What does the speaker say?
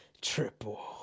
Triple